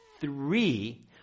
three